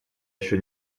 еще